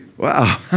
Wow